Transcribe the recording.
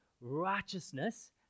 righteousness